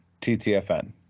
TTFN